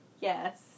yes